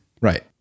Right